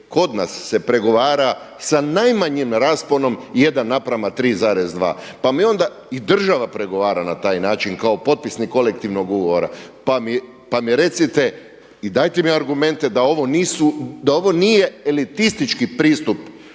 kod nas se pregovara sa najmanjim rasponom 1:3,2. Pa mi onda, i država pregovara na taj način kao potpisnik kolektivnog ugovora. Pa mi recite i dajte mi argumente da ovo nije elitistički pristup